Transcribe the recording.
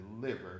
deliver